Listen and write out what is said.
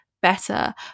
better